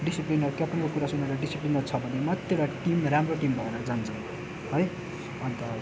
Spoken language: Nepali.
डिसिप्लिन अब क्याप्टनको कुरा सुनेर डिसिप्लिनमा छ भने मात्रै एउटा टिम राम्रो टिम भएर जान्छ है अन्त